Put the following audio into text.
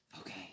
Okay